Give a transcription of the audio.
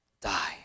die